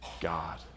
God